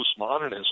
postmodernism